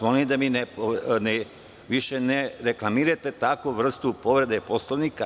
Molim vas da više ne reklamirate takvu vrstu povrede Poslovnika.